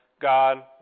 God